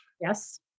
Yes